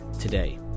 today